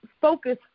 focus